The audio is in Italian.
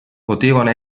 potevano